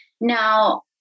Now